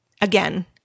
again